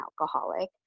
alcoholic